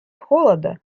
холода